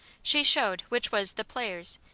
she showed which was the players,